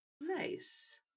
Nice